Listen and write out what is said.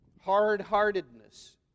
Hard-heartedness